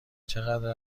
چقدر